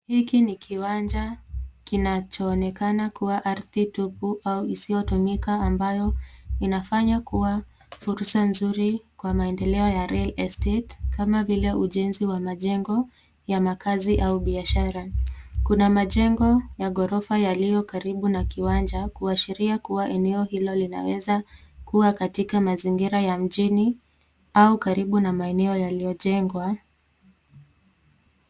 Hiki ni kiwanja kinachoonekana kuwa ardhi tupu au isiyotumika ambayo inafanya kuwa fursa nzuri kwa maendeleo ya real estate kama vile ujenzi wa majengo ya makazi au biashara. Kuna majengo ya ghorofa yaliyo karibu na kiwanja kuashiria kuwa eneo hilo linaweza kuwa katika mazingira ya mjini au karibu na maeneo yaliyojengwa.